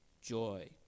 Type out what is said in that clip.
joy